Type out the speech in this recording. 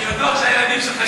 אני גם בטוח שהילדים שלך,